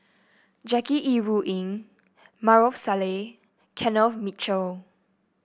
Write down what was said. Jackie Yi Ru Ying Maarof Salleh Kenneth Mitchell